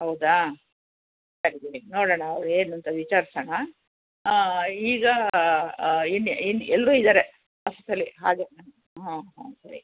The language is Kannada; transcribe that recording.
ಹೌದಾ ಸರಿ ಬಿಡಿ ನೋಡೋಣ ಅವ್ರು ಏನು ಅಂತ ವಿಚಾರ್ಸೋಣ ಈಗ ಇನ್ನು ಇನ್ನು ಎಲ್ಲರೂ ಇದ್ದಾರೆ ಆಫೀಸಲ್ಲಿ ಹಾಗೆ ಹಾಂ ಹಾಂ ಸರಿ